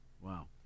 Wow